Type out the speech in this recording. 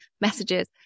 messages